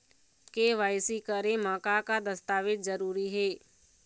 KYC करे म का का दस्तावेज जरूरी हे?